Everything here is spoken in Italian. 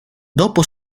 dopo